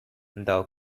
thou